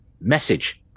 message